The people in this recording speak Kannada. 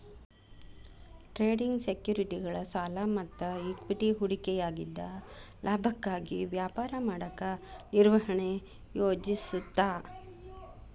ಟ್ರೇಡಿಂಗ್ ಸೆಕ್ಯುರಿಟಿಗಳ ಸಾಲ ಮತ್ತ ಇಕ್ವಿಟಿ ಹೂಡಿಕೆಯಾಗಿದ್ದ ಲಾಭಕ್ಕಾಗಿ ವ್ಯಾಪಾರ ಮಾಡಕ ನಿರ್ವಹಣೆ ಯೋಜಿಸುತ್ತ